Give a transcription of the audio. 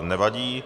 Nevadí.